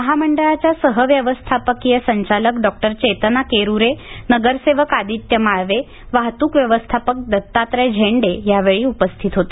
महामंडळाच्या सहव्यवस्थापकीय संचालक डॉक्टर चेतना केरूरे नगरसेवक आदित्य माळवे वाहतूक व्यवस्थापक दत्तात्रय झेंडे यावेळी उपस्थित होते